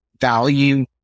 value